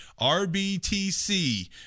rbtc